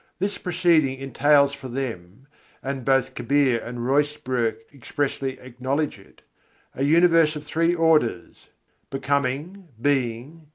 this proceeding entails for them and both kabir and ruysbroeck expressly acknowledge it a universe of three orders becoming, being,